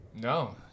No